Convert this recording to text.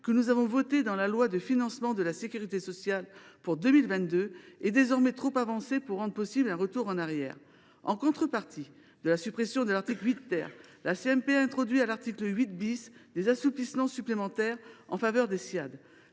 que nous avons votée dans la loi de financement de la sécurité sociale pour 2022, est désormais trop avancée pour permettre tout retour en arrière. En contrepartie de la suppression de l’article 8 , la CMP a introduit à l’article 8 des assouplissements supplémentaires en faveur des Ssiad